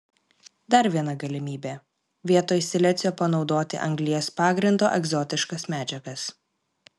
dar viena galimybė vietoj silicio panaudoti anglies pagrindo egzotiškas medžiagas